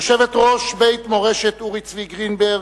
יושבת-ראש בית מורשת אורי צבי גרינברג,